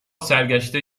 سرگشته